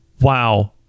Wow